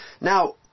Now